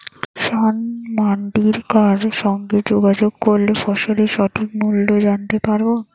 কিষান মান্ডির কার সঙ্গে যোগাযোগ করলে ফসলের সঠিক মূল্য জানতে পারবো?